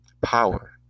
power